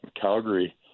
Calgary